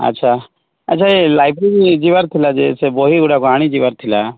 ଆଚ୍ଛା ଆଚ୍ଛା ଏ ଲାଇବ୍ରେରୀ ଯିବାର ଥିଲା ଯେ ସେ ଗୁଡ଼ାକ ଆଣି ଯିବାର ଥିଲା